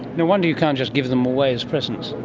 no wonder you can't just give them away as presents.